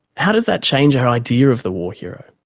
how does that change our idea of the war hero?